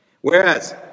Whereas